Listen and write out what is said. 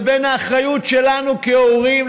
לבין האחריות שלנו כהורים,